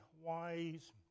wise